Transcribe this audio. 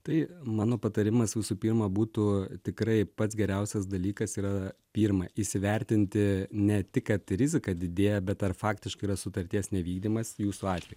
tai mano patarimas visų pirma būtų tikrai pats geriausias dalykas yra pirma įsivertinti ne tik kad rizika didėja bet ar faktiškai yra sutarties nevykdymas jūsų atveju